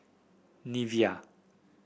Nivea